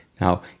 Now